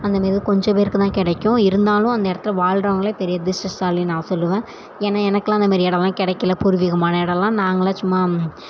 அந்த மாரி கொஞ்சம் பேருக்கு தான் கிடைக்கும் இருந்தாலும் அந்த இடத்துல வாழ்கிறவங்களே பெரிய அதிஷ்டசாலி நான் சொல்லுவேன் ஏன்னால் எனக்கெல்லாம் அந்த மாரி இடலாம் கிடைக்கில பூர்வீகமான இடலாம் நாங்களாம் சும்மா